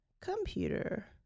computer